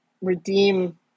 redeem